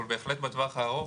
אבל בהחלט בטווח הארוך